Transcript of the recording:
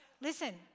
Listen